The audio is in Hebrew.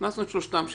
הכנסנו את שלושתם,